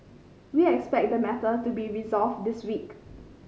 we expect the matter to be resolved this week